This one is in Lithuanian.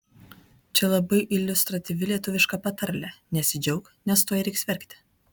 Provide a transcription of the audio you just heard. čia labai iliustratyvi lietuviška patarlė nesidžiauk nes tuoj reiks verkti